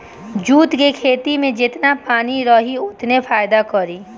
jute के खेती में जेतना पानी रही ओतने फायदा करी